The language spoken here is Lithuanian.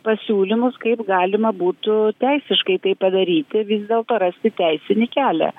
pasiūlymus kaip galima būtų teisiškai tai padaryti vis dėlto rasti teisinį kelią